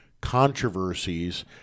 controversies